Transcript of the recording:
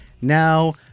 now